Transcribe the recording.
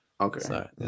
Okay